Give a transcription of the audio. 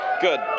Good